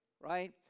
Right